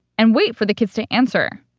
and wait for the kids to answer